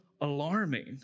alarming